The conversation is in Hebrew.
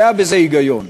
והיה בזה היגיון.